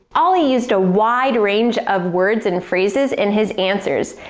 oli used a wide range of words and phrases in his answers,